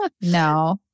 No